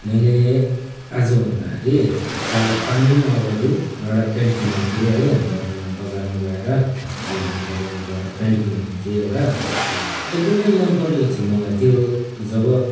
मैले आजभन्दाखेरि चार पाँच दिन अगाडि एउटा पेन्ट किनेको थिएँ है हाम्रो यहाँ बजारमा गएर कालिम्पोङ बजारमा गएर पेन्ट किनेको थिएँ एउटा एकदमै मन परेको थियो मलाई त्यो जब